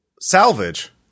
salvage